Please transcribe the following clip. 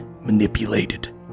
manipulated